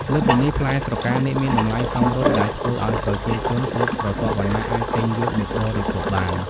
លើសពីនេះ ផ្លែស្រកានាគមានតម្លៃសមរម្យ ដែលធ្វើឱ្យប្រជាជនគ្រប់ស្រទាប់វណ្ណៈអាចទិញយកមកបរិភោគបាន។